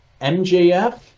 MJF